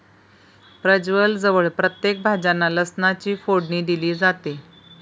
प्रजवळ जवळ प्रत्येक भाज्यांना लसणाची फोडणी दिली जाते